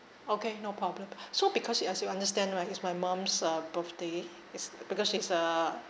okay no problem so because you as you understand right it's my mom's uh birthday is because she's uh